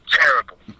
terrible